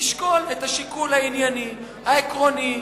תשקול את השיקול הענייני, העקרוני.